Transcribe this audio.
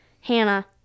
Hannah